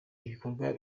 ibikorwa